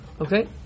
Okay